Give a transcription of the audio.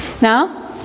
now